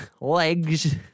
Legs